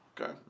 Okay